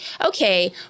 okay